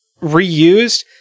reused